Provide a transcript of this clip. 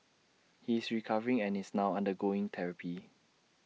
he is recovering and is now undergoing therapy